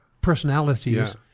personalities